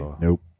Nope